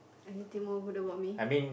anything more good about me